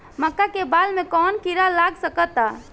मका के बाल में कवन किड़ा लाग सकता?